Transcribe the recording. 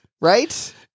Right